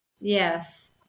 Yes